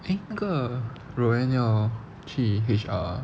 eh 那个 roanne 要去 H_R ah